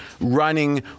running